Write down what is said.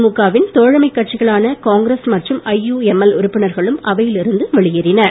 திமுகவின் தோழமை கட்சிகளான காங்கிரஸ் மற்றும் ஐயுஎம்எல் உறுப்பினர்களும் அவையில் இருந்து வெளியேறினர்